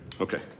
Okay